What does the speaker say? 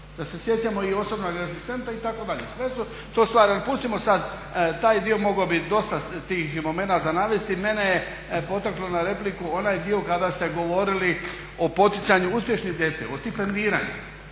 da se osjećamo i osobnog asistenta itd. Sve su to stvari, ali pustimo sad taj dio. Mogao bih dosta tih momenata navesti. Mene je potaklo na repliku onaj dio kada ste govorili o poticanju uspješne djece, o stipendiranju.